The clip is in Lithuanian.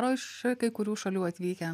o iš kai kurių šalių atvykę